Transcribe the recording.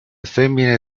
femmine